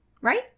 right